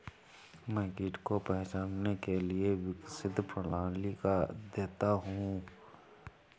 मैं कीट को पहचानने के लिए विकसित प्रणाली का अध्येता हूँ